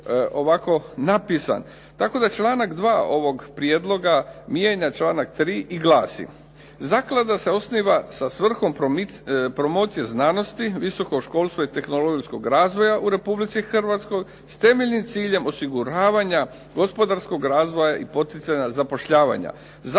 Tako da članak 2. ovog prijedloga mijenja članak 3. i glasi: